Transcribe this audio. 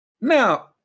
Now